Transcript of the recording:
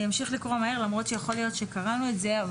אני אמשיך לקרוא מהר למרות שיכול להיות שקראנו את זה.